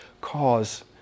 cause